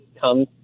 come